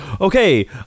Okay